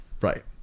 Right